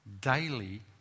daily